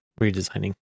redesigning